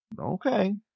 Okay